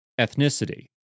Ethnicity